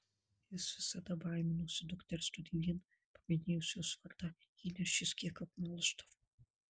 jis visada baiminosi dukters todėl vien paminėjus jos vardą įniršis kiek apmalšdavo